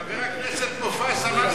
חבר הכנסת מופז אמר לפני